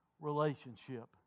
relationship